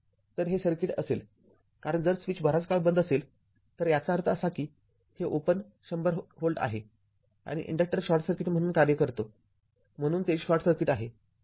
तर हे सर्किट असेल कारण जर स्विच बराच काळ बंद असेल तर याचा अर्थ असा की हे open १०० V आहे आणि इन्डक्टर शॉर्ट सर्किट म्हणून कार्य करतो म्हणून ते शॉर्ट आहे